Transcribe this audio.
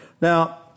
Now